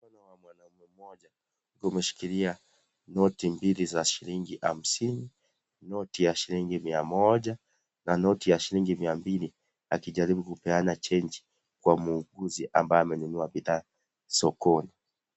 Mkono wa mwanaume mmoja umishikilia noti za shilingi hamsini notiu ya shilingi mia moja na noti ya shilingi miambili akijaribu kupeana change kwa mnunuzi ambaye amenunua bidhaa sokoni.